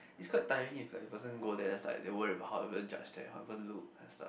it's quite tiring if the person go there's like they worry about how people judge them how people look at stuff